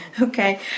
Okay